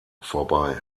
vorbei